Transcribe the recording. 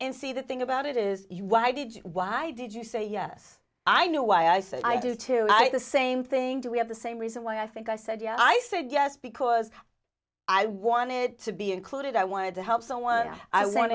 and see the thing about it is why did you why did you say yes i know why i said i do tonight the same thing do we have the same reason why i think i said yeah i said yes because i wanted to be included i wanted to help someone i was on